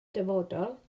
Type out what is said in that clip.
dyfodol